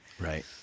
Right